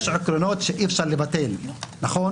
יש עקרונות שאי אפשר לבטל, נכון?